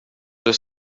the